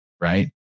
right